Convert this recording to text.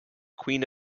queen